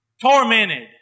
tormented